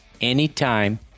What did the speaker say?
anytime